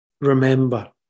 Remember